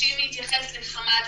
מבקשים להתייחס לכמה דברים.